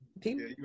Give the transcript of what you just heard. people